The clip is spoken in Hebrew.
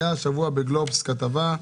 הייתה השבוע בגלובס כתבה.